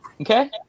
okay